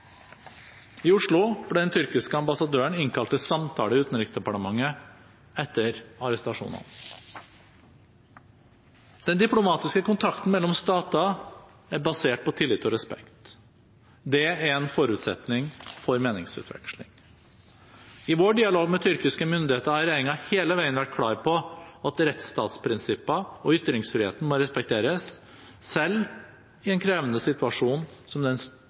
I Oslo ble den tyrkiske ambassadøren innkalt til samtale i Utenriksdepartementet etter arrestasjonene. Den diplomatiske kontakten mellom stater er basert på tillit og respekt. Det er en forutsetning for meningsutveksling. I vår dialog med tyrkiske myndigheter har regjeringen hele veien vært klar på at rettsstatsprinsipper og ytringsfriheten må respekteres, selv i en krevende situasjon som den